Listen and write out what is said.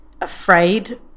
afraid